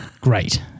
Great